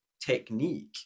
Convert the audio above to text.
technique